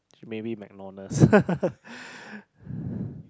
maybe MacDonald's